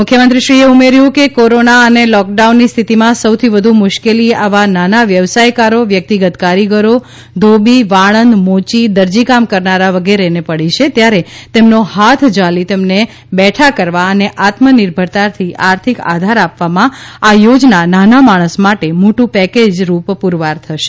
મુખ્યમંત્રીશ્રીએ ઉમેર્યુ કે કોરોના અને લોકડાઉનની સ્થિતીમાં સૌથી વધુ મુશ્કેલી આવા નાના વ્યવસાયકારો વ્યકિતગત કારીગરો ધોબી વાળંદ મોચી દરજી કામ કરનારા વગેરેને પડી છે ત્યારે તેમનો હાથ ઝાલી તેમને બેઠાકરવા અને આત્મનિર્ભરતાથી આર્થિક આધાર આપવામાં આ યોજના નાના માણસ માટે મોટું પેકેજ રૂપ પૂરવાર થશે